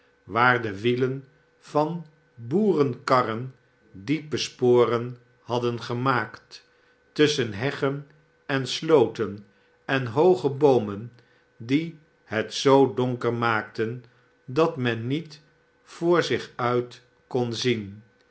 waar de wielen van boerenkarren diepe sporen hadden gemaakt tusschen heggen en slooten en hooge boomen die het zoa donker maakten dat men niet voor zich uit kon zien